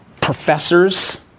professors